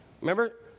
Remember